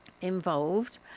involved